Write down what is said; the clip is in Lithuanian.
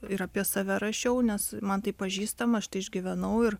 ir apie save rašiau nes man tai pažįstama aš tai išgyvenau ir